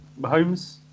Mahomes